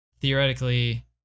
theoretically